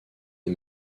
des